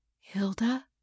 Hilda